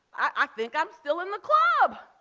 i think i'm still in the club.